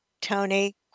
Tony